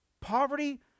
poverty